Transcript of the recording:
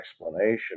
explanation